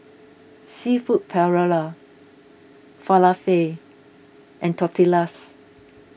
Seafood Paella Falafel and Tortillas